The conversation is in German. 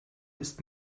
ist